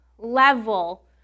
level